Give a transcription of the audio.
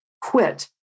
quit